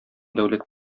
дәүләт